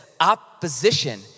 opposition